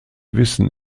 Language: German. wissen